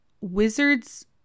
wizard's